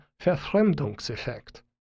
verfremdungseffekt